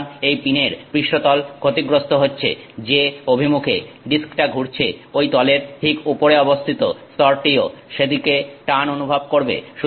সুতরাং এই পিনের পৃষ্ঠতল ক্ষতিগ্রস্থ হচ্ছে যে অভিমুখে ডিস্কটা ঘুরছে ঐ তলের ঠিক উপরে অবস্থিত স্তরটিও সেদিকে টান অনুভব করবে